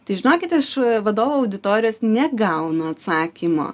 tai žinokit iš vadovų auditorijos negaunu atsakymo